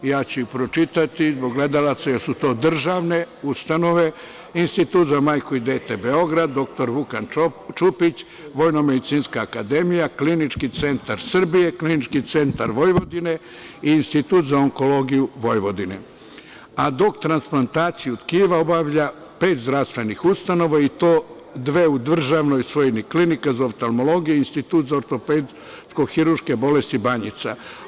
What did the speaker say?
Ja ću ih pročitati zbog gledalaca, jer su to državne ustanove – Institut za majku i dete Beograd, Dr Vukan Čupić, VMA, Klinički centara Srbije, Klinički centar Vojvodine, Institut za onkologiju Vojvodine, a dok transplantaciju tkiva obavlja pet zdravstvenih ustanova i to – dve u državnoj svojini Klinika za oftamologiju, Institut za ortopedijsko hiruške bolesti Banjica.